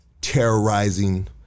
terrorizing